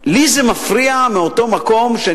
לי מפריעה ההתייחסות מאותו מקום שאני